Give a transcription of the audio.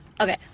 Okay